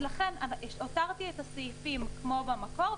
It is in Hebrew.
הותרתי את הסעיפים כמו במקור,